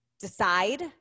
decide